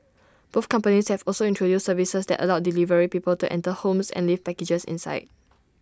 both companies have also introduced services that allow delivery people to enter homes and leave packages inside